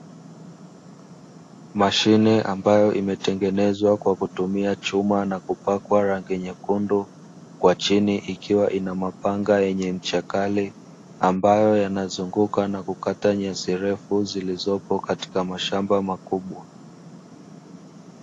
Mashine ambayo imetengenezwa kwa kutumia chuma na kupakwa rangi nyekundu, kwa chini ikiwa ina mapanga yenye ncha kali, ambayo yanazunguka na kukata nyasi refu zilizopo katika mashamba makubwa.